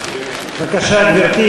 חבר כנסת.